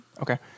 Okay